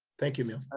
thank you emile.